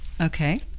Okay